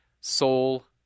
soul